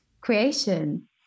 creation